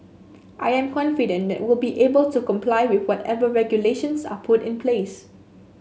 I am confident that we'll be able to comply with whatever regulations are put in place